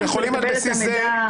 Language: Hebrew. לקבל את המידע.